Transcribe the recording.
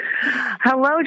Hello